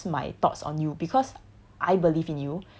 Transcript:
but I won't like force my thoughts on you because